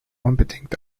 unbedingt